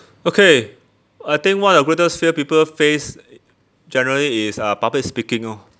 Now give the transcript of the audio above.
okay I think one of the greatest fear people face generally is uh public speaking orh